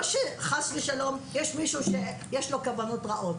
לא שחס ושלום יש למישהו כוונות רעות,